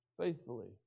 faithfully